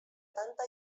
tanta